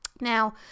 Now